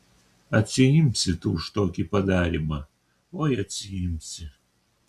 atsiimsi tu už tokį padarymą oi atsiimsi